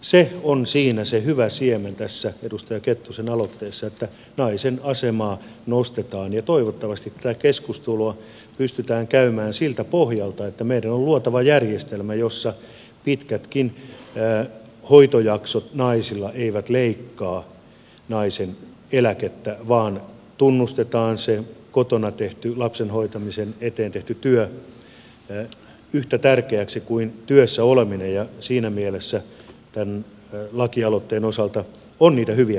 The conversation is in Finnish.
se on se hyvä siemen tässä edustaja kettusen aloitteessa että naisen asemaa nostetaan ja toivottavasti tätä keskustelua pystytään käymään siltä pohjalta että meidän on luotava järjestelmä jossa pitkätkään hoitojaksot naisilla eivät leikkaa naisen eläkettä vaan tunnustetaan se kotona tehty lapsen hoitamisen eteen tehty työ yhtä tärkeäksi kuin työssä oleminen ja siinä mielessä tämän lakialoitteen osalta on niitä hyviä piirteitä